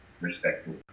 Respectful